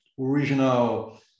original